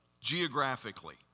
geographically